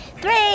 Three